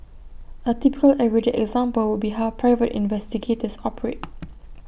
A typical everyday example would be how private investigators operate